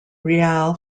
real